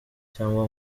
cyangwa